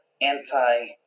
anti-